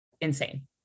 insane